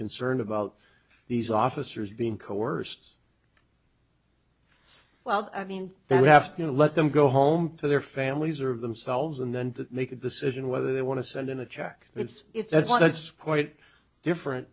concerned about these officers being coerced well i mean there we have to let them go home to their families or of themselves and then to make a decision whether they want to send in a check it's it's not it's quite different